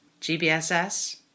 GBSS